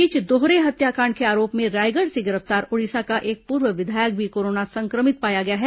इस बीच दोहरे हत्याकांड के आरोप में रायगढ़ से गिरफ्तार ओडिशा का एक पूर्व विधायक भी कोरोना संक्रमित पाया गया है